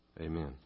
Amen